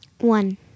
One